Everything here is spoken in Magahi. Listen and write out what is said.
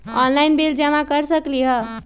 ऑनलाइन बिल जमा कर सकती ह?